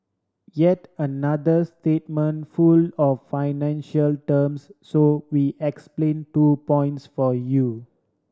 yet another statement full of financial terms so we explain two points for you